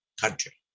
country